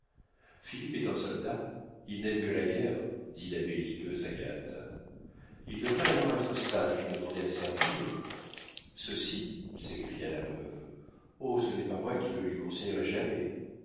philippe est un soldat il n'aime que la guerre dit la belliqueuse agathe il devrait alors être sage et demander à servir ceux-ci s'écria la veuve oh ce n'est pas moi qui le lui conseillerai jamais